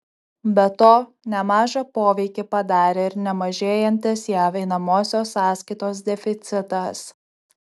be to nemažą poveikį padarė ir nemažėjantis jav einamosios sąskaitos deficitas